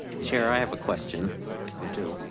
chair i have a question or two.